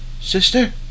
sister